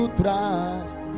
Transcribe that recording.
trust